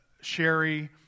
Sherry